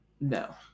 No